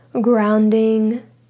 grounding